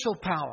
power